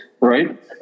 Right